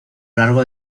largo